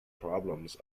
problems